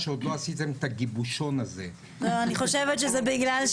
ובהיותי איש חינוך אני מכיר את הנושא הזה של מורים,